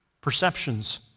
perceptions